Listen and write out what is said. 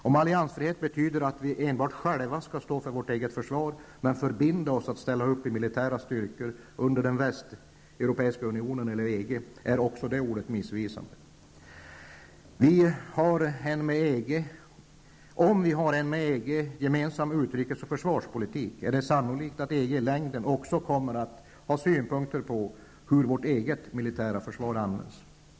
Om alliansfrihet betyder att enbart vi själva skall stå för vårt eget försvar, men förbinda oss att ställa upp i militära styrkor under den västeuropeiska unionen eller EG, är också det ordet missvisande. Om vi har en med EG gemensam utrikes och försvarspolitik, är det också sannolikt att EG i längden också kommer att ha synpunkter på hur vårt eget militära försvar används.